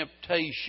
temptation